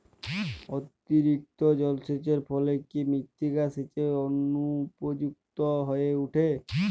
অতিরিক্ত জলসেচের ফলে কি মৃত্তিকা চাষের অনুপযুক্ত হয়ে ওঠে?